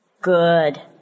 Good